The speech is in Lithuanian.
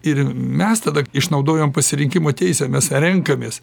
ir mes tada išnaudojom pasirinkimo teisę mes renkamės